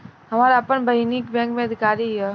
हमार आपन बहिनीई बैक में अधिकारी हिअ